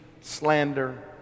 slander